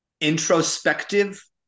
introspective